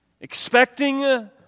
expecting